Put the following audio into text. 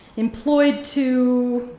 employed to